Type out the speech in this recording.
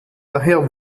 daher